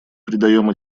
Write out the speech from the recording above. придаем